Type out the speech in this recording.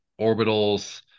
orbitals